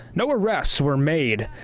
no arrests were made.